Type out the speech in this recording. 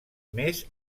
més